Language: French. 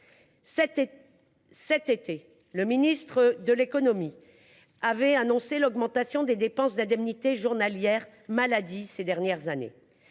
Cet été, le ministre de l’économie avait dénoncé l’augmentation des dépenses d’indemnités journalières maladie au cours des dernières années.